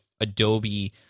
Adobe